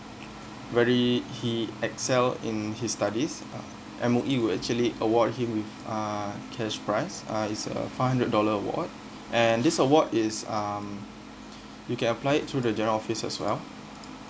very he excel in his studies uh M_O_E would actually award him with uh cash prize uh is a five hundred dollar award and this award is um you can apply it through the general office as well